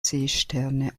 seesterne